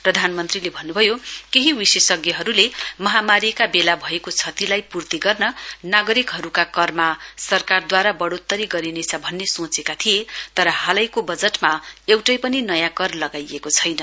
प्रधानमन्त्रीले भन्न्भयो केही विशेषज्ञहरूले महामारीको बेला भएको क्षतिलाई पूर्ति गर्न नागरिकहरूका करमा सरकारद्वारा बढोत्तरी गरिनेछ भन्ने सोंचेका थिए तर हालैको बजटमा एउटै पनि नयाँ कर लगाइएको छैन